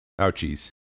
Ouchies